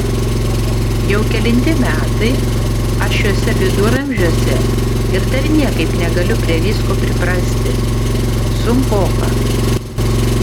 jau kelinti metai aš šiuose viduramžiuose ir dar niekaip negaliu prie visko priprasti sunkoka